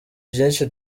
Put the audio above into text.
vyinshi